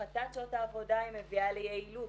הפחתת שעות העבודה מביאה ליעילות.